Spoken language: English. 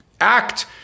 act